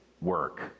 work